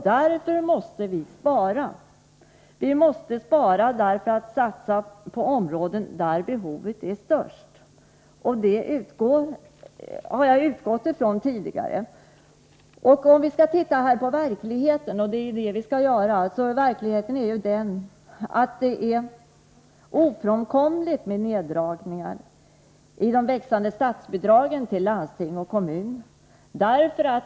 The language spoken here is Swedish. Därför måste vi spara för att kunna satsa på områden där behovet är störst. Jag har utgått från detta. Om vi ser på hur verkligheten ter sig — och det är ju detta vi måste göra — finner vi att det ofrånkomligen bör göras neddragningar av de växande statsbidragen till landsting och kommuner.